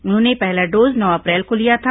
उन्होंने पहला डोज नौ अप्रैल को लिया था